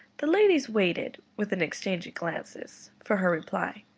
the ladies waited, with an exchange of glances, for her reply,